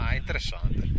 interessante